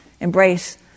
embrace